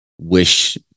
wish